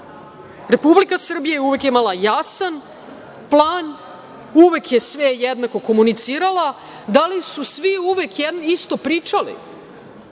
Srbija je uvek imala jasan plan, uvek je sve jednako komunicirala, da li su svi uvek isto pričali